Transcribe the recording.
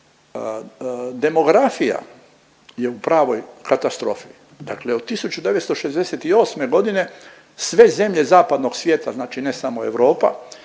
Demografija je u pravoj katastrofi, dakle od 1968. godine sve zemlje zapadnog svijeta znači ne samo Europa